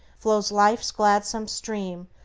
flows life's gladsome stream,